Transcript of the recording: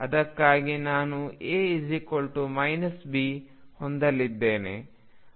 ಅದಕ್ಕಾಗಿ ನಾನು A B ಹೊಂದಲಿದ್ದೇನೆ